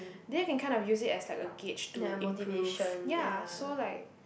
then you can kind of use it as like a gauge to improve ya so like